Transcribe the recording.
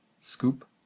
scoop